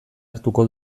hartuko